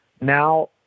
now